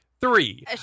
Three